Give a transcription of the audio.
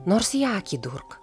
nors į akį durk